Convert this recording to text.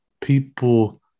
people